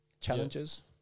challenges